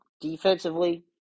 Defensively